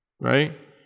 Right